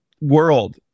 world